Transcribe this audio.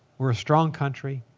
we're a strong country.